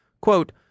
Quote